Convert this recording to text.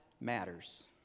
matters